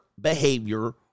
behavior